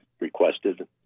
requested